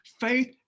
faith